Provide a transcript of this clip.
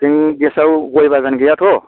जोंनि देसाव गय बागान गैयाथ'